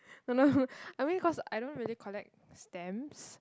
no no I mean because I don't really collect stamps